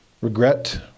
regret